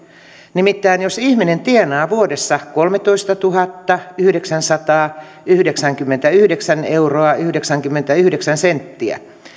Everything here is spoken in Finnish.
nimittäin jos ihminen tienaa vuodessa kolmetoistatuhattayhdeksänsataayhdeksänkymmentäyhdeksän euroa yhdeksänkymmentäyhdeksän senttiä